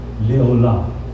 Leola